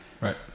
Right